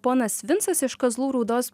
ponas vincas iš kazlų rūdos